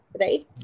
right